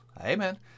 Amen